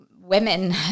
women